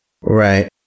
Right